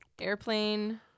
airplane